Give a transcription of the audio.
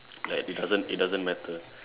like it doesn't it doesn't matter